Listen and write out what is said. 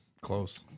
Close